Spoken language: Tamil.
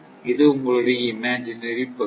இது உங்களுடைய இமஜினரி பகுதி